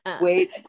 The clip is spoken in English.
wait